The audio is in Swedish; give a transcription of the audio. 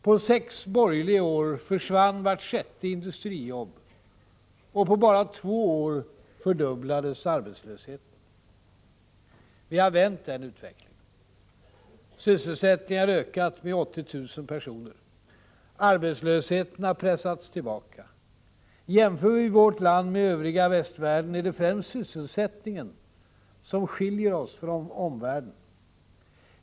På sex borgerliga år försvann vart sjätte industrijobb, och på bara två år fördubblades arbetslösheten. Vi har vänt den utvecklingen. Sysselsättningen har ökat med 80 000 personer. Arbetslösheten har pressats tillbaka. Jämför vi vårt land med övriga västvärlden finner vi att det främst är sysselsättningen som skiljer oss från omvärlden.